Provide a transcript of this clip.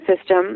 system